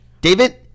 david